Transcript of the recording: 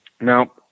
Now